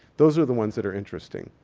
those are the ones that are interesting.